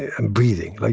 and breathing. like